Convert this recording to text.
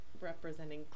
representing